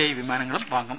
I വിമാനങ്ങൾ വാങ്ങും